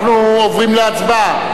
אנחנו עוברים להצבעה.